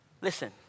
Listen